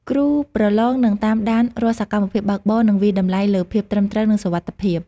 គ្រូប្រឡងនឹងតាមដានរាល់សកម្មភាពបើកបរ និងវាយតម្លៃលើភាពត្រឹមត្រូវ និងសុវត្ថិភាព។